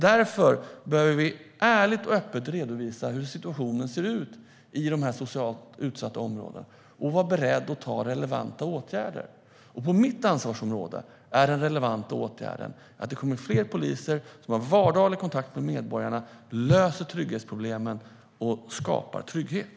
Därför behöver vi ärligt och öppet redovisa hur situationen ser ut i de här socialt utsatta områdena och vara beredda att vidta relevanta åtgärder. På mitt ansvarsområde är den relevanta åtgärden att det kommer fler poliser som har vardaglig kontakt med medborgarna, löser trygghetsproblemen och skapar trygghet.